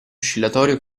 oscillatorio